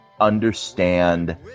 understand